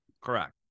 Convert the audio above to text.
correct